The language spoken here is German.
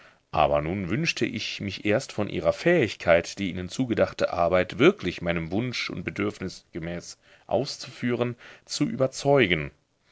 aber nun wünschte ich mich erst von ihrer fähigkeit die ihnen zugedachte arbeit wirklich meinem wunsch und bedürfnis gemäß auszuführen zu überzeugen